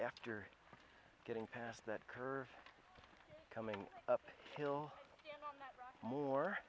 after getting past that curve coming up hill more